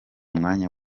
mwanya